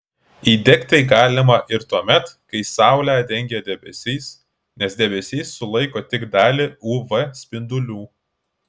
įdegti galima ir tuomet kai saulę dengia debesys nes debesys sulaiko tik dalį uv spindulių